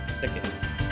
tickets